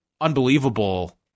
unbelievable